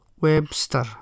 Webster